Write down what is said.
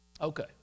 Okay